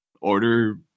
order